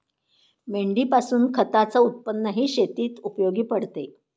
मेंढीपासून खताच उत्पन्नही शेतीत उपयोगी पडते